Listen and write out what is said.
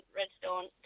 Redstone